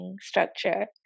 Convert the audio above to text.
structure